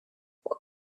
what